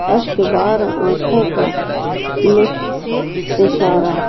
اشک بار آنکھوں کا لطف اشارہ